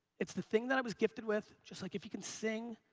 it's the thing that i was gifted with. just like if you can sing,